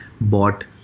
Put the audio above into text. bought